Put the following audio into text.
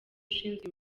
ushinzwe